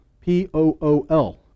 P-O-O-L